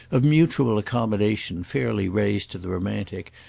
of mutual accommodation fairly raised to the romantic,